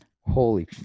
Holy